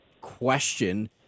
question